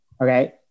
Okay